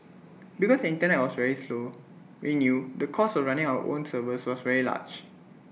because the Internet was very slow renew the cost of running our own servers was very large